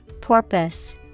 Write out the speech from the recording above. Porpoise